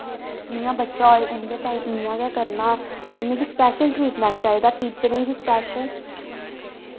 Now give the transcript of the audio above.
जियां बच्चा होए उं'दे तांई इयां गै करना ते उ'नेंगी स्पैशल ट्रीटमैंट चाही दा टीचरें गी स्पैशल